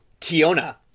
Tiona